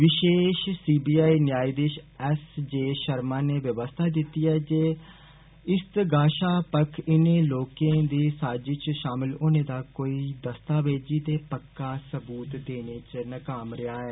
विषेश C B I न्यायाधीष S J Sharma नै व्यवस्था दिती जे इस्तगासा पक्ख इनें लोकें दे साजिष च षामिल होने दा कोइ कोई दस्तावेज ते पक्का सबूत देने च नाकाम रेहा ऐ